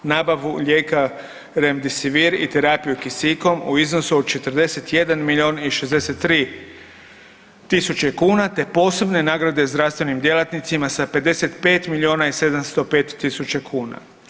Nabavu lijeka Remdesivir i terapiju kisikom u iznosu od 41 milion i 63 tisuće kuna te posebne nagrade zdravstvenim djelatnicima sa 55 miliona i 705 tisuća kuna.